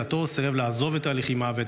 ועל אף פציעתו הוא סירב לעזוב את הלחימה ואת